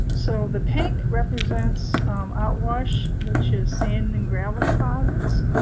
so the pink represents outwash, which is sand and gravel deposits.